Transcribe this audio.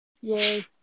Yay